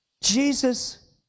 Jesus